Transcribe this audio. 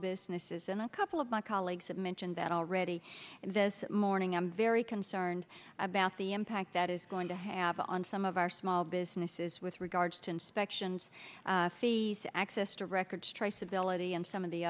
businesses and a couple of my colleagues have mentioned that already this morning i'm very concerned about the impact that is going to have on some of our small businesses with regards to inspections fees access to records traceability and some of the